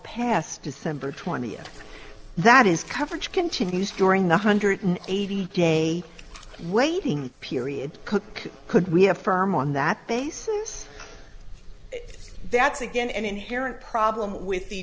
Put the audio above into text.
past december twentieth that is coverage continues during one hundred eighty day waiting period could could we have firm on that basis that's again an inherent problem with the